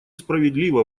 справедливо